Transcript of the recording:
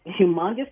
humongous